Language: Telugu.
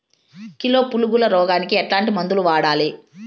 కిలో పులుగుల రోగానికి ఎట్లాంటి మందులు వాడాలి?